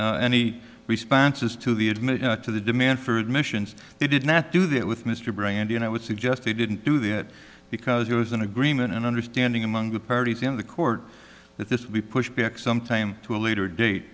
filing any responses to the admit to the demand for admissions they did not do that with mr brandy and i would suggest they didn't do that because it was an agreement and understanding among the parties in the court that this we push back some time to a later date